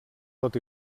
tot